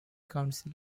council